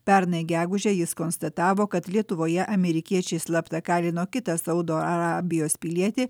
pernai gegužę jis konstatavo kad lietuvoje amerikiečiai slapta kalino kitą saudo arabijos pilietį